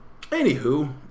anywho